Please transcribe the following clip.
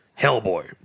Hellboy